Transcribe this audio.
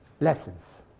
lessons